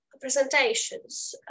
presentations